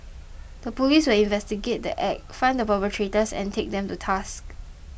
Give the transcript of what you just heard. the police will investigate the Act find the perpetrators and take them to task